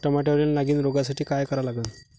टमाट्यावरील नागीण रोगसाठी काय करा लागन?